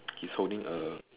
he's holding a